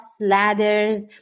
ladders